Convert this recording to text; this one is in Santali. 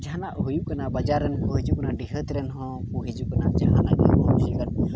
ᱡᱟᱦᱟᱱᱟᱜ ᱦᱩᱭᱩᱜ ᱠᱟᱱᱟ ᱵᱟᱡᱟᱨ ᱨᱮᱱ ᱠᱚ ᱦᱤᱡᱩᱜ ᱠᱟᱱᱟ ᱰᱤᱦᱟᱹᱛ ᱨᱮᱱ ᱦᱚᱸ ᱠᱚ ᱦᱤᱡᱩᱜ ᱠᱟᱱᱟ